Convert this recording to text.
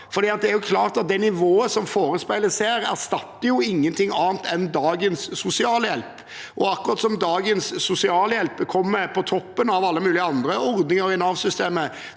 det nivået som forespeiles her, erstatter ingenting annet enn dagens sosialhjelp. Akkurat som dagens sosialhjelp kommer på toppen av alle mulige andre ordninger i Nav-systemet,